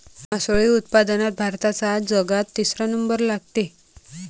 मासोळी उत्पादनात भारताचा जगात तिसरा नंबर लागते